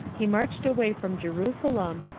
he marched away from jerusalem,